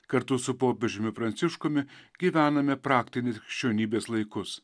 kartu su popiežiumi pranciškumi gyvename praktinius krikščionybės laikus